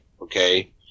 okay